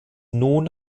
nun